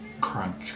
Crunch